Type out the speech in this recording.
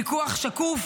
פיקוח שקוף,